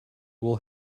will